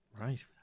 Right